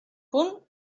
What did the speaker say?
punt